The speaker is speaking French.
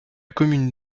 commune